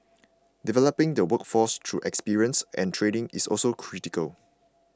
developing the workforce through experience and training is also critical